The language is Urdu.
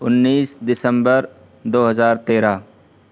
انیس دسمبر دوہزار تیرہ